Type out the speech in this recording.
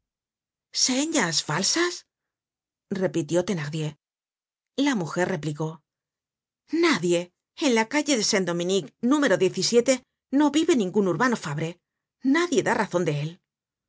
señas falsas repitió thenardier la mujer replicó nadie en la calle de saint dominique número i no vive ningun urbano fabre nadie da razon de él